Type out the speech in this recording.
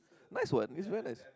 nice what it's very nice